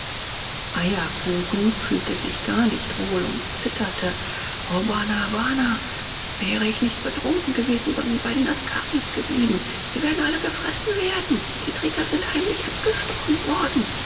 eierkuchen fühlte sich gar nicht wohl und zitterte o bana bana wäre ich nicht betrunken gewesen sondern bei den askaris geblieben wir werden alle gefressen werden die träger sind heimlich abgestochen worden